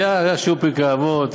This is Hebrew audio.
היה שיעור פרקי אבות,